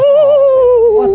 oh